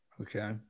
Okay